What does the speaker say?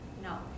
No